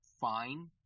fine